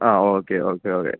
ആ okay okay okay